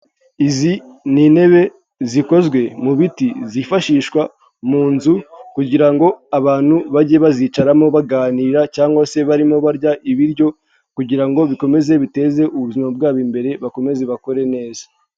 Izi ni intebe zikozwe mu biti zifashishwa mu nzu kugira ngo abantu bajye bazicaramo baganira cyangwa se barimo barya ibiryo kugira ngo bikomeze biteze ubuzima bwabo imbere bakomeze bakore neza.